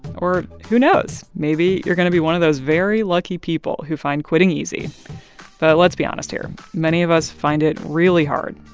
or who knows? maybe you're going to be one of those very lucky people who find quitting easy. but let's be honest here, many of us find it really hard.